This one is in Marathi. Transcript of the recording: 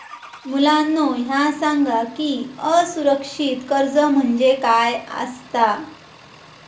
मुलांनो ह्या सांगा की असुरक्षित कर्ज म्हणजे काय आसता?